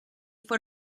fue